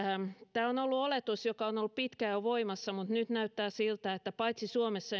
tämä on ollut oletus joka on ollut jo pitkään voimassa mutta nyt näyttää siltä että paitsi suomessa